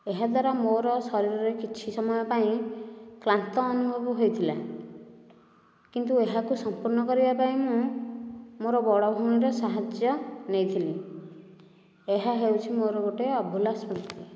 ଏହାଦ୍ୱାରା ମୋର ଶରୀରରେ କିଛି ସମୟ ପାଇଁ କ୍ଲାନ୍ତ ଅନୁଭବ ହୋଇଥିଲା କିନ୍ତୁ ଏହାକୁ ସମ୍ପୂର୍ଣ୍ଣ କରିବା ପାଇଁ ମୁଁ ମୋର ବଡ଼ ଭଉଣୀର ସାହାଯ୍ୟ ନେଇଥିଲି ଏହା ହେଉଛି ମୋର ଗୋଟିଏ ଅଭୁଲା ସ୍ମୃତି